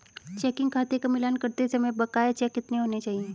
Checking खाते का मिलान करते समय बकाया चेक कितने होने चाहिए?